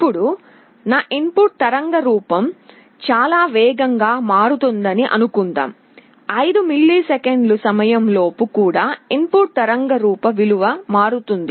ఇప్పుడు నా input తరంగ రూపం చాలా వేగంగా మారుతోందని అనుకుందాం 5 మిల్లీసెకన్ల సమయం లోపు కూడా ఇన్ పుట్ తరంగ రూప విలువ మారుతుంది